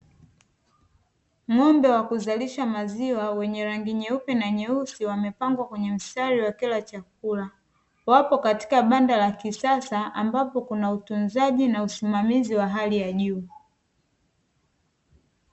Ng'ombe wa kuzalisha maziwa wa rangi nyeupe na nyeusi, wamepangwa kwenye mstari wakila chakula wapo katika banda la kisasa ambapo kuna utunzaji na usimamizi wa hali ya juu.